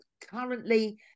Currently